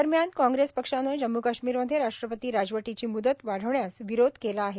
दरम्यान काँग्रेस पक्षानं जम्म् काश्मीरमध्ये राष्ट्रपती राजवटीची म्दत वाढवण्यास विरोध केला आहे